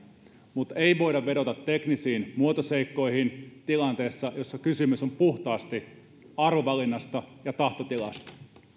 ei voida vedota teknisiin muotoseikkoihin tilanteessa jossa kysymys on puhtaasti arvovalinnasta ja tahtotilasta